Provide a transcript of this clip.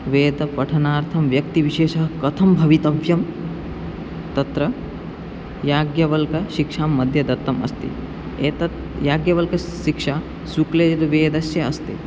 वेदपठनार्थं व्यक्तिविशेषः कथं भवितव्यं तत्र याज्ञवल्क्यशिक्षां मध्ये दत्तम् अस्ति एतत् याज्ञवल्क्यशिक्षा शुक्लयजुवेदस्य अस्ति